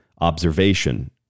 observation